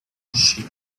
she